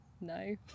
No